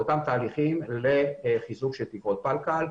אותם תהליכים לחיזוק של תקרות פלקל.